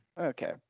Okay